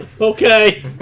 Okay